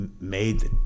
made